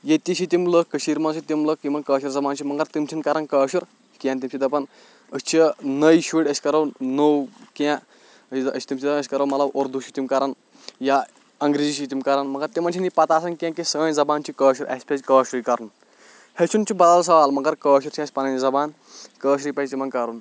ییٚتہِ تہِ چھِ تِم لُکھ کشیٖرِ منٛزچھِ تِم لُکھ یِمن کٲشِر زَبان چھِ مَگر تِم چھِنہٕ کران کٲشُر کیٚنٛہہ تِم چھِ دَپان أسۍ چھِ نٔۍ شُرۍ أسۍ کَرو نوٚو کیٚنٛہہ تِم چھِ دَپان أسۍ کَرو مطلب اُردوٗ چھِ تِم کران یا انگریٖزی چھِ تِم کران مگر تِمن چھنہٕ پَتہ آسان کیٚنٛہہ کہِ سٲنۍ زَبان چھِ کٲشُر اَسہِ پَزِ کٲشرُے کَرُن ہٮ۪چھُن چھُ بدل سوال مَگر کٲشُر چھ اَسہِ پَنٕنۍ زَبان کٲشرُے پَزِ تِمن کَرُن